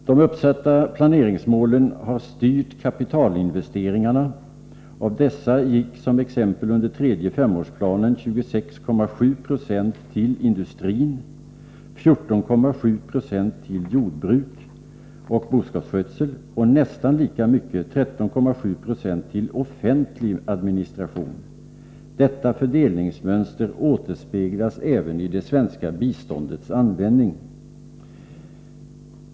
De uppsatta planeringsmålen har styrt kapitalinvesteringarna. Av dessa gick som exempel under den tredje femårsplanen 26,7 90 till industrin, 14,7 9 till jordbruk och boskapsskötsel och nästan lika mycket, 13,7 90, till offentlig administration. Detta fördelningsmönster återspeglas även i det svenska biståndets användning.